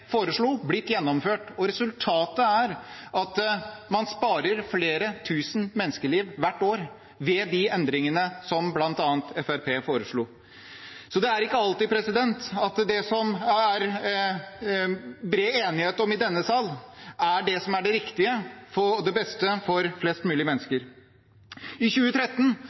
foreslo, blitt gjennomført. Resultatet er at man sparer flere tusen menneskeliv hvert år ved de endringene som bl.a. Fremskrittspartiet foreslo. Det er ikke alltid at det som det er bred enighet om i denne salen, er det som er det riktige og det beste for flest mulige mennesker. I 2013